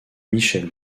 michel